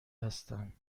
هستم